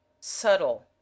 subtle